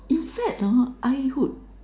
you say that I would